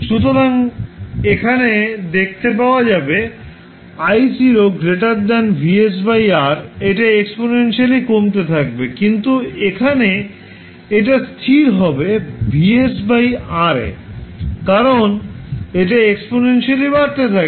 সুতরাং এখানে দেখতে পাওয়া যাবে I0 VsR এটা এক্সপনেনশিয়ালি কমতে থাকবে কিন্তু এখানে এটা স্থির হবে VsR তে কারণ এটা এক্সপনেনশিয়ালি বাড়তে থাকবে